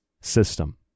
system